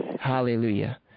Hallelujah